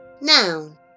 Noun